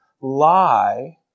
lie